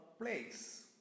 place